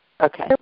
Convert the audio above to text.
Okay